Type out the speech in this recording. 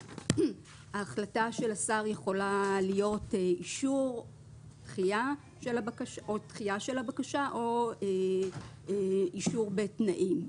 ההחלטה של השר יכולה להיות אישור או דחייה של הבקשה או אישור בתנאים.